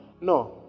No